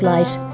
Light